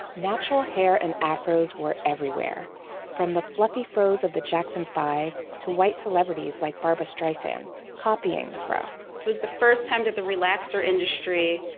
natural hair and afros were everywhere from the fluffy fros of the jackson five to white celebrities like barbara streisand copying the fro it was the first time that the relaxer industry,